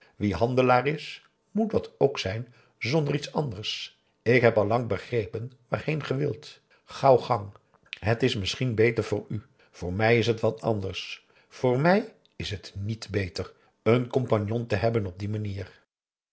wie handelaar is moet dat ook zijn zonder iets anders ik heb allang begrepen waarheen ge wilt gauw gang het is misschien beter voor u voor mij is het wat anders voor mij is het niet beter een compagnon te hebben op die manier